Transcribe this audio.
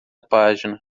página